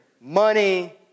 money